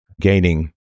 Gaining